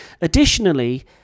Additionally